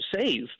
save